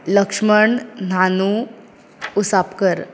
Laxman Nanu Usapkar